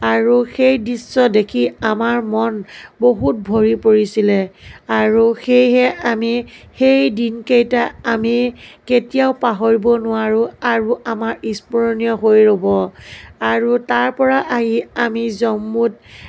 আৰু সেই দৃশ্য দেখি আমাৰ মন বহুত ভৰি পৰিছিলে আৰু সেয়েহে আমি সেই দিনকেইটা আমি কেতিয়াও পাহৰিব নোৱাৰোঁ আৰু আমাৰ স্মৰণীয় হৈ ৰ'ব আৰু তাৰপৰা আহি আমি আমি জম্মুত